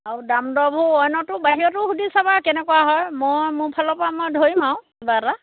আৰু দাম দৰবোৰ অন্যতো বাহিৰতো সুধি চাবা কেনেকুৱা মই মোৰ ফালৰ পৰা মই ধৰিম আৰু কিবা এটা